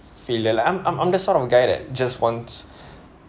failure I'm I'm just sort of guy that just wants